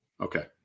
okay